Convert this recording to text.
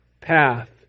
path